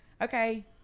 Okay